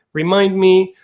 remind me,